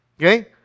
Okay